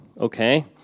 okay